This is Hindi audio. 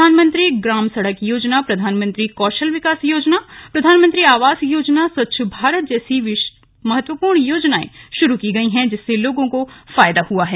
प्रधानमंत्री ग्राम सड़क योजना प्रधानमंत्री कौशल विकास योजना प्रधानमंत्री आवास योजना स्वच्छ भारत जैसी महत्वपूर्ण योजनाएं शुरू की गई है जिससे लोगों को फायदा हुआ है